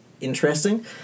interesting